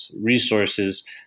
resources